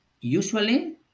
usually